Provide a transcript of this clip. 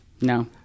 No